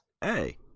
Hey